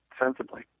sensibly